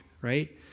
right